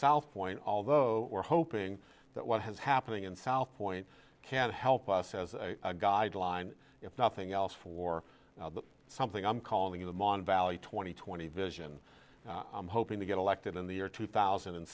south florida although we're hoping that what has happening in south florida can help us as a guideline if nothing else for something i'm calling the mon valley twenty twenty vision i'm hoping to get elected in the year two thousand and